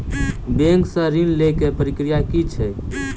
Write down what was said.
Bank सऽ ऋण लेय केँ प्रक्रिया की छीयै?